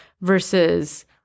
versus